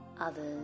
others